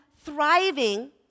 thriving